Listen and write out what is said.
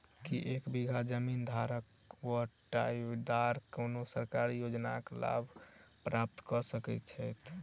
की एक बीघा जमीन धारक वा बटाईदार कोनों सरकारी योजनाक लाभ प्राप्त कऽ सकैत छैक?